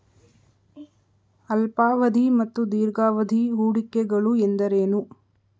ಅಲ್ಪಾವಧಿ ಮತ್ತು ದೀರ್ಘಾವಧಿ ಹೂಡಿಕೆಗಳು ಎಂದರೇನು?